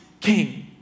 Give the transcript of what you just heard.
king